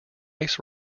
ice